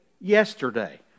yesterday